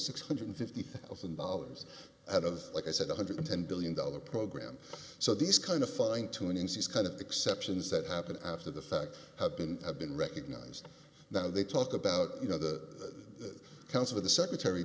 six hundred and fifty thousand dollars out of like i said one hundred and ten billion dollar program so these kind of fine tuning cs kind of exceptions that happened after the fact have been have been recognized now they talk about you know the counselor the secretary